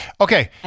Okay